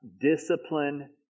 Discipline